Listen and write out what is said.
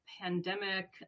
pandemic